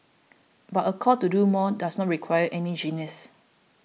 but a call to do more does not require any genius